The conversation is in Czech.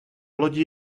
lodi